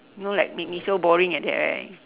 you know like make me so boring like that right